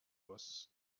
was